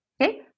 Okay